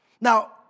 Now